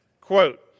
Quote